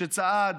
שצעד